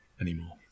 anymore